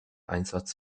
einsatz